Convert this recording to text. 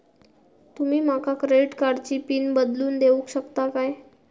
तुमी माका क्रेडिट कार्डची पिन बदलून देऊक शकता काय?